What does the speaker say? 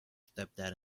stepdad